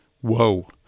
whoa